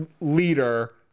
leader